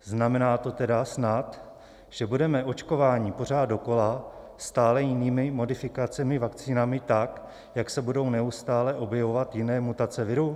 Znamená to tedy snad, že budeme očkováni pořád dokola stále jinými modifikacemi vakcín tak, jak se budou neustále objevovat jiné mutace viru?